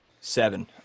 Seven